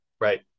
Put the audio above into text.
right